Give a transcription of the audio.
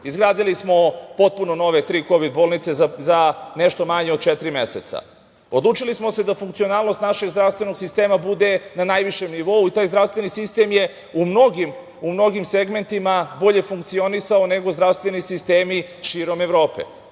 Izgradili smo potpuno nove tri kovid bolnice za nešto manje od četiri meseca. Odlučili smo da funkcionalnost našeg zdravstvenog sistema bude na najvišem nivou i taj zdravstveni sistem je u mnogim segmentima bolje funkcionisao nego zdravstveni sistemi širom